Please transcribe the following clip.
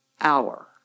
hour